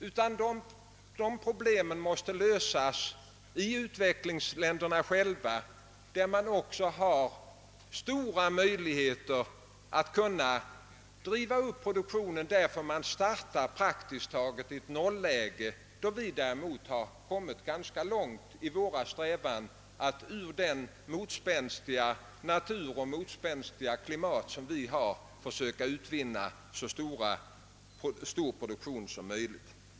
Dessa problem måste lösas i utvecklingsländerna själva, som också har stora möjligheter att driva upp produktionen, ty man startar där praktiskt taget i ett nolläge medan vi däremot har kommit ganska långt i våra strävanden att ur den motspänstiga natur och med det klimat vi har försöka utvinna så stor produktion som möjligt.